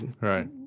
Right